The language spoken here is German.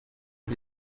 den